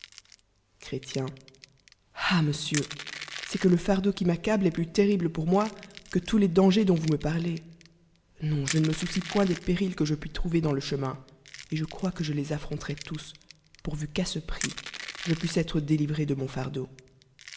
ali monsieur c'est que iidii du le fardeau qui m'accable est plus e ur l'ua ail terrible pour moi que tous les dangers dont vous me pal lez i on je ne me soucie point des périls c ue je puis trouver dans le chemin et je crois que je les aitron lerois tous lioui vu qu'à ce prix je pusse être délivré de mon fardeau